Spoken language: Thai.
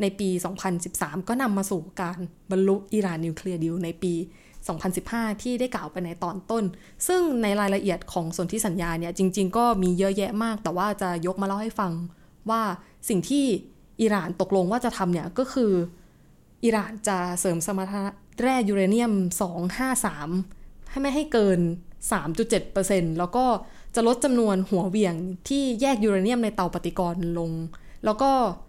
ในปี 2013 ก็นำมาสู่การบรรลุอิหร่านนิวเคลียร์ดีลในปี 2015 ที่ได้กล่าวไปในตอนต้น ซึ่งในรายละเอียดของสนธิสัญญาเนี่ยจริงๆก็มีเยอะแยะมาก แต่ว่าจะยกมาเล่าให้ฟังว่าสิ่งที่อิหร่านตกลงว่าจะทำเนี่ยก็คืออิหร่านจะเสริมสมรรถนะแร่ยูเรเนียม 253 ให้ไม่ให้เกิน 3.7% แล้วก็จะลดจำนวนหัวเหวี่ยงที่แยกยูเรเนียมในเตาปฏิกรณ์ลง แล้วก็